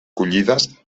collides